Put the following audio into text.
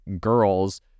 girls